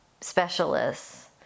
specialists